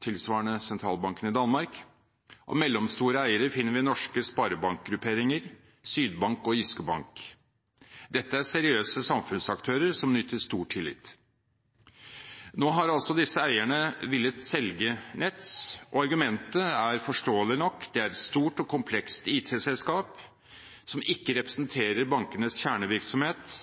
tilsvarende sentralbanken i Danmark. Av mellomstore eiere finner vi norske sparebankgrupperinger, Sydbank og Jyske Bank. Dette er seriøse samfunnsaktører som nyter stor tillit. Nå har disse eierne villet selge Nets, og argumentet er forståelig nok: Det er et stort og komplekst IT-selskap som ikke representerer bankenes kjernevirksomhet.